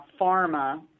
pharma